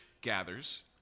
gathers